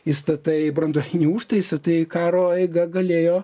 įstatai branduolinį užtaisą tai karo eiga galėjo